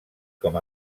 com